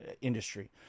industry